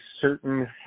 certain